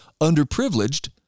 underprivileged